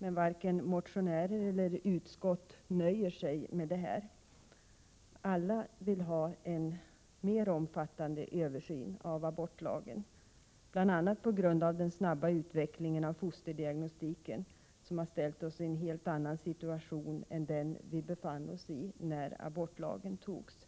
Men varken motionärer eller utskott nöjer sig med det. Alla vill ha till stånd en mer omfattande översyn av abortlagen, bl.a. på grund av att den snabba utvecklingen av fosterdiagnostiken har ställt oss i en helt annan situation än den vi befann oss i när abortlagen antogs.